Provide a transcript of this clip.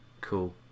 cool